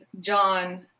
John